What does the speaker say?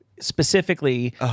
Specifically